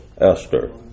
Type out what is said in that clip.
Esther